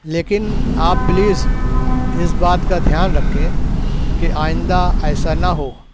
لیکن آپ پلیز اس بات کا دھیان رکھیں کہ آئندہ ایسا نہ ہو